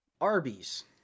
Arby's